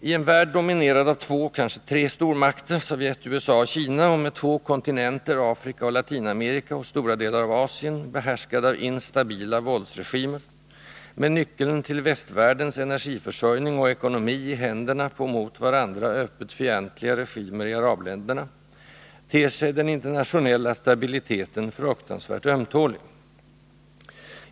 I en värld dominerad av två — kanske tre — stormakter: Sovjet, USA och Kina, och med två kontinenter— Afrika och Latinamerika — och stora delar av Asien behärskade av instabila våldsregimer; med nyckeln till västvärldens energiförsörjning och ekonomi i händerna på mot varandra öppet fientliga regimer i arabländerna, ter sig den internationella stabiliteten fruktansvärt ömtålig.